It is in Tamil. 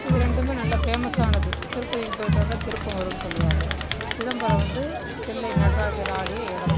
இது ரெண்டுமே நல்லா ஃபேமஸானது திருப்பதிக்கு போய்ட்டு வந்தால் திருப்பம் வரும்னு சொல்வாங்கள் சிதம்பரம் வந்து தில்லை நடராஜர் ஆடிய இடம்